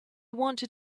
wanted